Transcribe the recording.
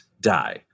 die